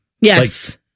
Yes